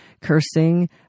cursing